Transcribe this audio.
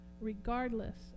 regardless